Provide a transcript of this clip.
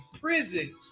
prison